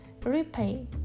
Repay